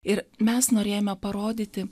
ir mes norėjome parodyti